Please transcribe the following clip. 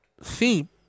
theme